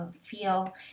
feel